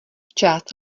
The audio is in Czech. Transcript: část